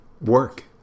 work